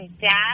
dad